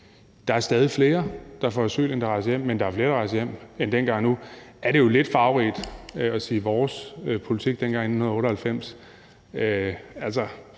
Der er stadig flere, der får asyl, end der rejser hjem. Men der er flere, der rejser hjem, end dengang. Nu er det jo lidt farverigt at sige, at det var vores politik dengang i 1998,